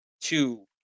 two